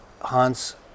Hans